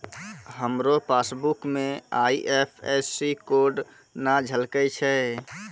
हमरो पासबुक मे IFSC code नै झलकै छै